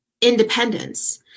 independence